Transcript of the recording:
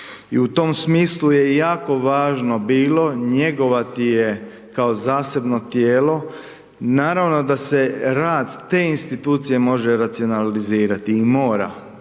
I u tom smislu je jako važno bilo njegovati je kao zasebno tijelo, naravno da se rad te institucije može racionalizirati, i mora